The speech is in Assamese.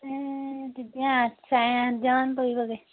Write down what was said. তেতিয়া আঠ চাৰে আঠ হেজাৰমান পৰিবগৈ